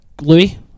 Louis